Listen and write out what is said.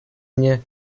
mnie